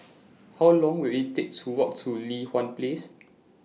How Long Will IT Take to Walk to Li Hwan Place